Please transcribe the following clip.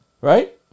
Right